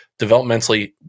developmentally